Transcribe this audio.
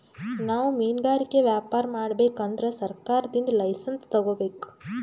ನಾವ್ ಮಿನ್ಗಾರಿಕೆ ವ್ಯಾಪಾರ್ ಮಾಡ್ಬೇಕ್ ಅಂದ್ರ ಸರ್ಕಾರದಿಂದ್ ಲೈಸನ್ಸ್ ತಗೋಬೇಕ್